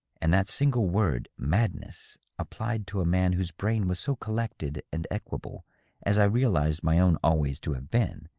and that single word madness, applied to a man whose brain was so collected and equable as i realized my own always to have been,